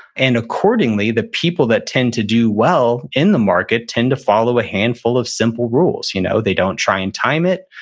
and accordingly, the people that tend to do well in the market tend to follow a handful of simple rules. you know they don't try and time it.